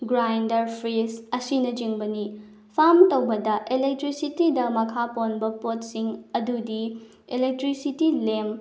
grinder fridge ꯑꯁꯤꯅꯆꯤꯡꯕꯅꯤ ꯐꯥꯝ ꯇꯧꯗꯕ ꯑꯦꯂꯦꯛꯇ꯭ꯔꯤꯁꯤꯇꯤꯗ ꯃꯈꯥ ꯄꯣꯟꯕ ꯄꯣꯠꯁꯤꯡ ꯑꯗꯨꯗꯤ ꯑꯦꯂꯦꯛꯇ꯭ꯔꯤꯁꯤꯇꯤ ꯂꯦꯝ